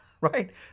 right